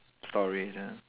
stories ya